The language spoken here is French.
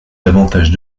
davantage